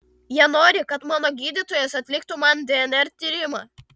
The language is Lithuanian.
jie nori kad mano gydytojas atliktų man dnr tyrimą